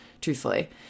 truthfully